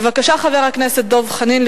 בבקשה, חבר הכנסת דב חנין.